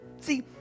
See